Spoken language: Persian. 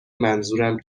منظورم